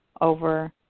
over